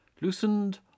loosened